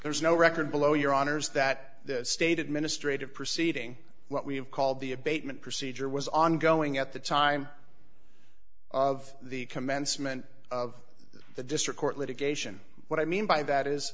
there is no record below your honour's that the state administrative proceeding what we have called the abatement procedure was ongoing at the time of the commencement of the district court litigation what i mean by that is